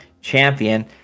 champion